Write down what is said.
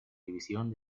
división